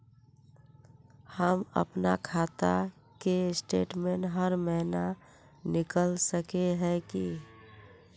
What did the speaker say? हम अपना खाता के स्टेटमेंट हर महीना निकल सके है की?